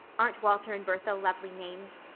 aren't walter and bertha lovely names?